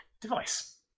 device